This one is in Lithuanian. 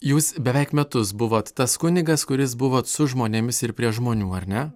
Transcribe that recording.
jūs beveik metus buvot tas kunigas kuris buvot su žmonėmis ir prie žmonių ar ne